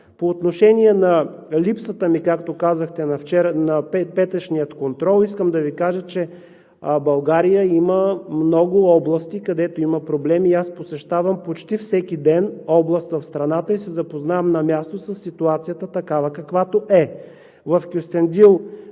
По отношение на липсата ми, както казахте, на петъчния контрол, искам да Ви кажа, че България има много области, където има проблеми и аз посещавам почти всеки ден област в страната и се запознавам на място със ситуацията – такава, каквато е. В Кюстендил